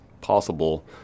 possible